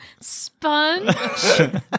sponge